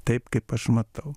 taip kaip aš matau